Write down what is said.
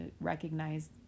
recognize